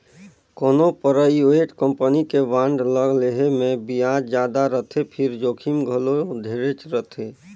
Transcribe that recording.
कोनो private company के bond ल लेहे मे बियाज जादा रथे फिर जोखिम घलो ढेरेच रथे